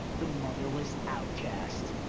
the motherless outcast.